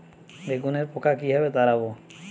বেগুনের পোকা কিভাবে তাড়াব?